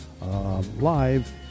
Live